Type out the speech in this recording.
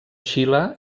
xile